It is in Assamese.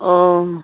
অঁ